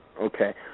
Okay